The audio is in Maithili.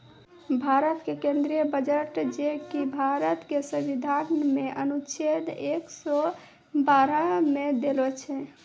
भारतो के केंद्रीय बजट जे कि भारत के संविधान मे अनुच्छेद एक सौ बारह मे देलो छै